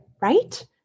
Right